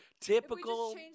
Typical